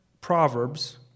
Proverbs